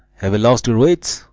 have you lost your wits?